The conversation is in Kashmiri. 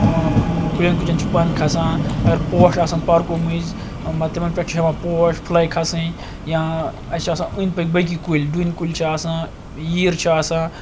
کُلیٚن کُجَن چھُ پَن کھَسان اگر پوش آسَن پارکو مٔنٛزۍ مطلب تِمَن پیٚٹھ چھِ ہیٚوان پوش پھُلاے کھَسٕنۍ یاں اَسہِ چھِ آسان أنٛدۍ پٔکۍ باقٕے کُلۍ ڈُنۍ کُلۍ چھِ آسان یِر چھِ آسان